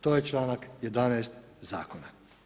To je članak 11. zakona.